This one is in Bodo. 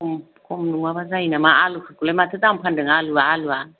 खम खम नङाबा जायो नामा आलु फोरखौलाय माथो दाम फानदों आलुवा आलुवा